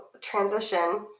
transition